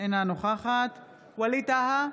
אינה נוכחת ווליד טאהא,